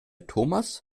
thomas